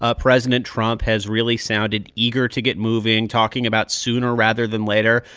ah president trump has really sounded eager to get moving, talking about sooner rather than later.